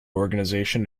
organization